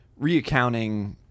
reaccounting